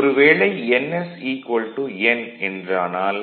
ஒரு வேளை ns n என்றானால்